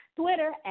Twitter